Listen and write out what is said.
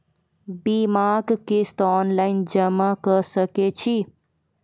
बीमाक किस्त ऑनलाइन जमा कॅ सकै छी?